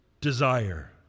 desire